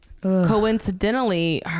Coincidentally